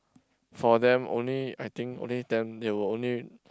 for them only I think only then they will only